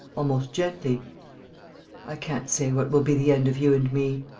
almost gently i can't say what will be the end of you and me.